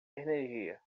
energia